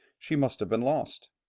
she must have been lost.